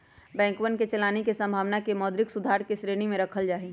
बैंकवन के चलानी के संभावना के मौद्रिक सुधार के श्रेणी में रखल जाहई